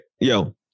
Yo